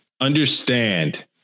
understand